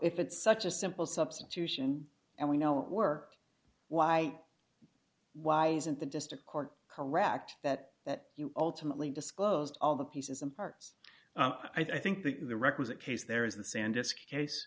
if it's such a simple substitution and we know work why why isn't the district court correct that that you ultimately disclosed all the pieces and parts i think the the requisite case there is the sandusky case